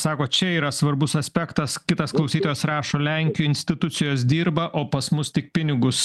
sakot čia yra svarbus aspektas kitas klausytojas rašo lenkijoj institucijos dirba o pas mus tik pinigus